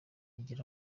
igera